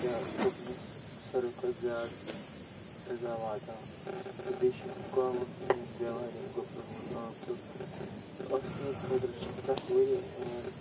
یا گُپنَس سارِوٕے کھۄتہٕ زیادٕ اِیٖزا واتان بیٚیہِ چھُ گٲوَن یِم بیٚمارِ یِمَن گُپنَن منٛز عام طور پر ٲسہٕ نیوٗر خٲطر چھِ پرٛتھ ؤری یِوان